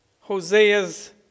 Hosea's